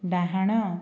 ଡାହାଣ